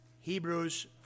Hebrews